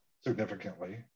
significantly